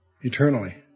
eternally